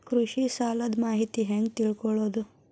ಕೃಷಿ ಸಾಲದ ಮಾಹಿತಿ ಹೆಂಗ್ ತಿಳ್ಕೊಳ್ಳೋದು?